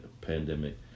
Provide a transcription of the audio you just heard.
pandemic